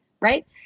Right